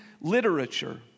literature